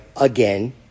again